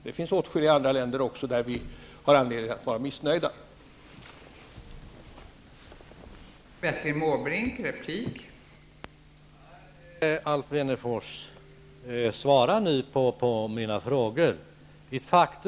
Det finns åtskilliga andra länder som vi har anledning att vara missnöjda med.